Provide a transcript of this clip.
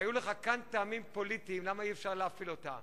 היו לך כאן טעמים פוליטיים למה אי-אפשר להפעיל אותה.